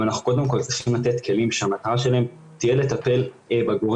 אבל אנחנו קודם כל צריכים לתת כלים שהמטרה שלהם תהיה לטפל בגורם,